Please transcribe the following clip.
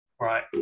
right